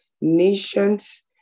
nations